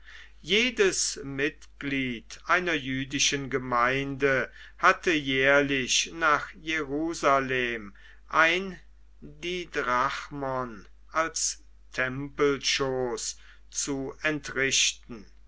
jedes mitglied einer jüdischen gemeinde hatte jährlich nach jerusalem ein didrachmon als tempelschoß zu entrichten